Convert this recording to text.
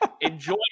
Enjoy